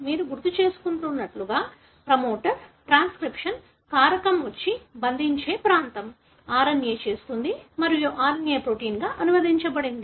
మీరు గుర్తుచేసుకున్నట్లుగా promoter transcription కారకం వచ్చి బంధించే ప్రాంతం RNA చేస్తుంది మరియు RNA ప్రోటీన్గా అనువదించబడింది